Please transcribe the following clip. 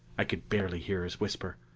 i could barely hear his whisper.